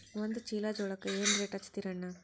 ಒಂದ ಚೀಲಾ ಜೋಳಕ್ಕ ಏನ ರೇಟ್ ಹಚ್ಚತೀರಿ ಅಣ್ಣಾ?